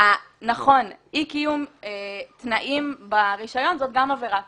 נכון, אי קיום תנאים ברישיון זו גם עבירה פלילית.